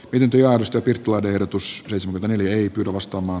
ylityöllistetyt laihdutusryhmä on öljypitovastaamaan